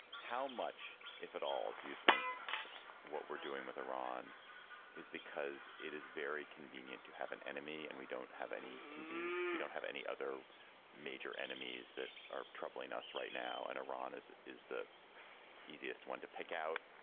how much if at all, do you think what we're doing with iran is because it is very convenient to have an enemy and we don't have any convene. we don't have any other major enemies that are troubling us right now. and iran is is the easiest one to pick out,